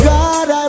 God